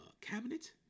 cabinet